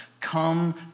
come